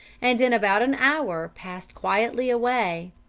and in about an hour passed quietly away.